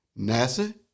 NASA